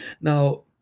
Now